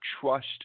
trust